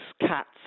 cats